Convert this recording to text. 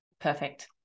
Perfect